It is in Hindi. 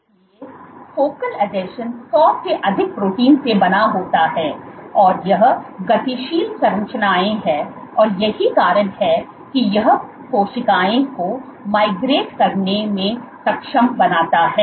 इसलिए फोकल आसंजन सौ से अधिक प्रोटीन से बना होता है और यह गतिशील संरचनाएं हैं और यही कारण है कि यह कोशिकाओं को माइग्रेट करने में सक्षम बनाता है